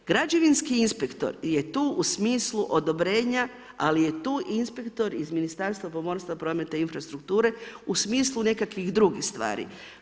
Građevinski inspektor je tu u smislu odobrenja, ali je tu i inspektor iz Ministarstva pomorstva, prometa i infrastrukture, u smislu nekakvih drugih stvari.